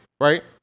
right